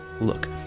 Look